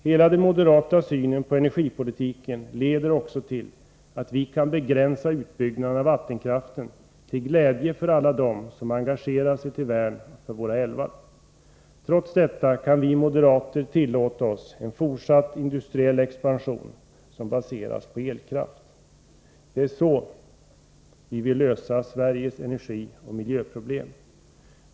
Hela den moderata synen på energipolitiken leder också till att vi kan begränsa utbyggnaden av vattenkraften, till glädje för alla dem som engagerat sig till värn av våra älvar. Trots detta kan vi moderater tillåta en fortsatt industriell expansion som baseras på elkraft. Det är så vi vill lösa Sveriges energioch miljöproblem.